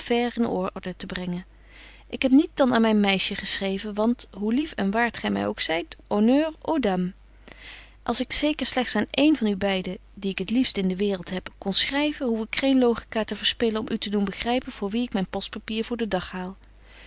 in order te brengen ik heb niet dan aan myn meisje geschreven want hoe lief en waart gy my ook zyt honneurs aux dames als ik zeker slegts aan één van u beide die ik t liefst in de waereld heb kon schryven hoef ik geen logica te verspillen om u te doen begrypen voor wie ik myn postpapier voor den dag haal